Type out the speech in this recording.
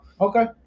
okay